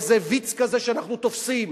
איזה "ויץ" כזה שאנחנו תופסים.